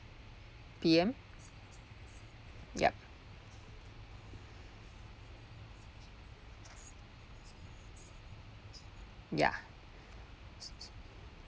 P_M yup ya